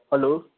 hello